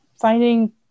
finding